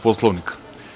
Poslovnika?